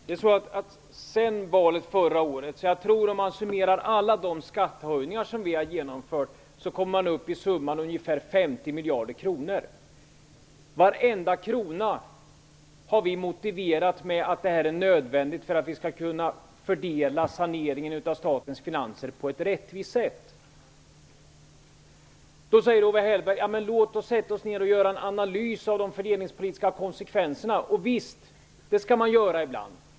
Herr talman! Om man summerar alla skattehöjningar som vi har genomfört efter förra valet kommer man upp i summan ca 50 miljarder kronor. Varenda krona har vi motiverat med att besparingen är nödvändig för att saneringen av statens finanser skall kunna fördelas på ett rättvist sätt. Då säger Owe Hellberg: Låt oss sätta oss ned och göra en analys av de fördelningspolitiska konsekvenserna. Visst, det kan man göra ibland.